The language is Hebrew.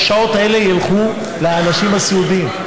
שהשעות האלה ילכו לאנשים הסיעודיים.